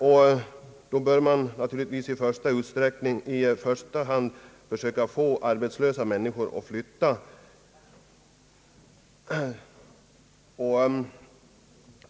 Man bör naturligtvis i första hand försöka få arbetslösa människor att flytta.